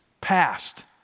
past